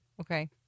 Okay